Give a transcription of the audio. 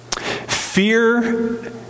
Fear